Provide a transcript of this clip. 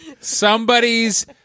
Somebody's